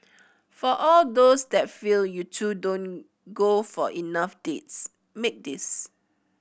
for all those that feel you two don't go for enough dates make this